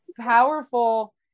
powerful